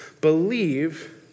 believe